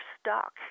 stuck